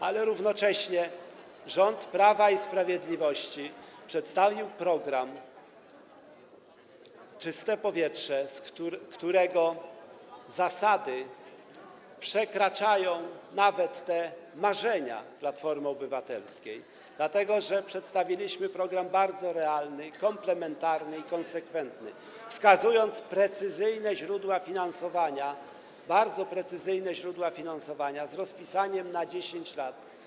Ale równocześnie rząd Prawa i Sprawiedliwości przedstawił program „Czyste powietrze”, którego zasady przewyższają nawet te marzenia Platformy Obywatelskiej, dlatego że przedstawiliśmy program bardzo realny, komplementarny i konsekwentny, wskazując bardzo precyzyjnie źródła finansowania, rozpisany na 10 lat.